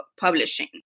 publishing